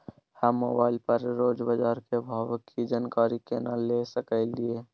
हम मोबाइल पर रोज बाजार के भाव की जानकारी केना ले सकलियै?